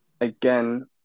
again